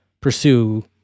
pursue